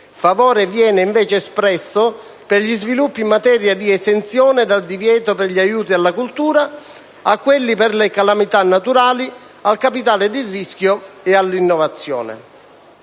Favore viene, invece, espresso per gli sviluppi in materia di esenzione dal divieto per gli aiuti alla cultura, per quelli per le calamità naturali, per il capitale di rischio e per l'innovazione.